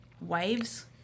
waves